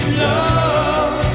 love